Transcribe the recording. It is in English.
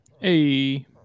Hey